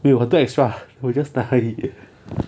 没有很多 extra 我 just 拿而已